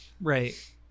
Right